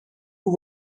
who